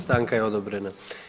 Stanka je odobrena.